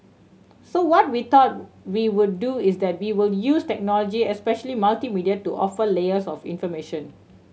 so what we thought we would do is that we will use technology especially multimedia to offer layers of information